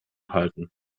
halten